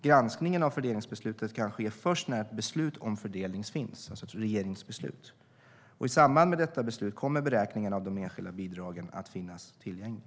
Granskningen av fördelningsbeslutet kan ske först när ett beslut om fördelning finns, alltså ett regeringsbeslut. I samband med detta beslut kommer beräkningarna av de enskilda bidragen att finnas tillgängliga.